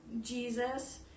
Jesus